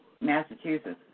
Massachusetts